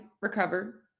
recover